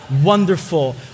wonderful